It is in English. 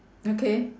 okay